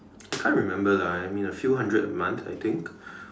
I can't remember lah I mean a few hundred a month I think